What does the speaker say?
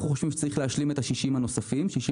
אנחנו חושבים שצריך להשלים את ה-60% הנוספים.